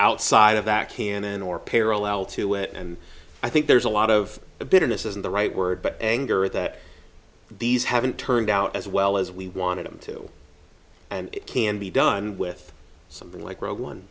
outside of that canon or parallel to it and i think there's a lot of bitterness isn't the right word but anger that these haven't turned out as well as we wanted them to and it can be done with something like r